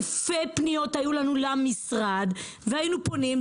אלפי פניות היו לנו למשרד והיינו פונים.